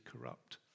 corrupt